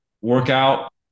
workout